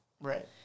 Right